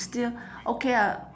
still okay ah